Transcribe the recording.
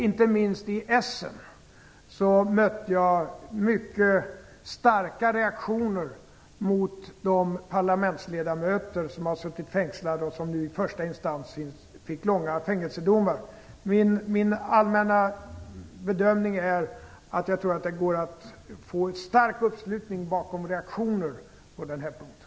Inte minst i Essen mötte jag mycket starka reaktioner mot att parlamentsledamöter har suttit fängslade och som i första instans fick långa fängelsedomar. Min allmänna bedömning är att det går att få en stark uppslutning bakom reaktioner på den punkten.